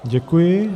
Děkuji.